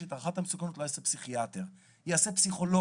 גם פסיכיאטר ילדים,